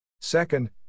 Second